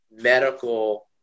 medical